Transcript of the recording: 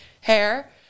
hair